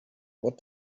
what